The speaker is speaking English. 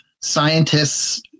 scientists